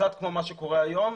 קצת כמו מה שקורה היום,